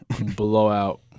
blowout